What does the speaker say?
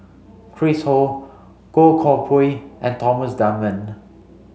Chris Ho Goh Koh Pui and Thomas Dunman